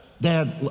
dad